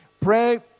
Pray